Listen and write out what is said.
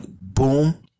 boom